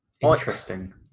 interesting